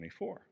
24